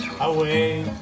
Away